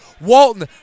Walton